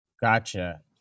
Gotcha